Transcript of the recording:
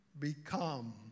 Become